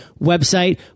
website